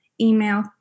email